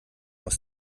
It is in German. aus